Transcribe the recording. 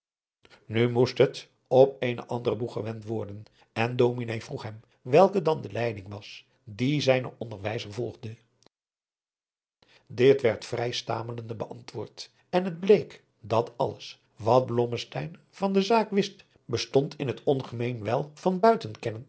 nu moest het op eenen anderen boeg gewend worden en dominé vroeg hem welke dan de leiding was die zijne onderwijzer volgde dit werd vrij stamelende beantwoordt en het bleek dat alles wat blommesteyn van de zaak wist bestond in het ongemeen wel van